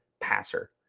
passer